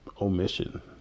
omission